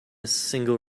single